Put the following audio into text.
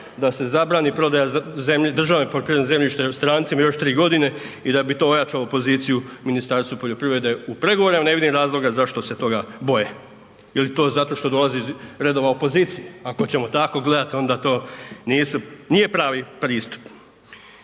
da se zabrani prodaja državne poljoprivredne zemljište strancima još 3.g. i da bi to ojačalo poziciju Ministarstva poljoprivrede u pregovorima, ne vidim razloga zašto se toga boje, je li to zato što dolazi iz redova opozicije, ako ćemo tako gledat onda to nisu, nije pravi pristup.